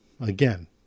again